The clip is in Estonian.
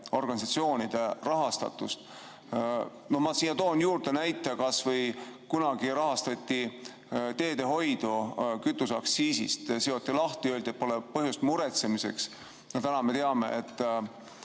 organisatsioonide rahastust. Ma toon siia juurde näite, et kunagi rahastati teedehoidu kütuseaktsiisist, siis seoti lahti, öeldi, et pole põhjust muretsemiseks. Täna me teame, et